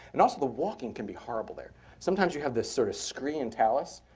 and also the walking can be horrible there. sometimes you have this sort of scree and talus,